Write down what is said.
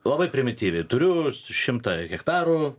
labai primityviai turiu šimtą hektarų